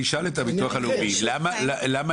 הביטוח הלאומי, למי